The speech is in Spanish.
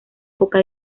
poca